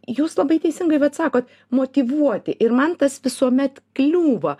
jūs labai teisingai vat sakot motyvuoti ir man tas visuomet kliūva